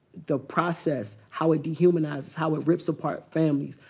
the process, how it dehumanizes, how it rips apart families,